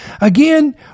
Again